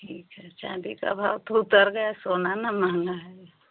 ठीक हे चाँदी का भाव तो उतर गया सोना ना महँगा है